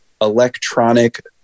electronic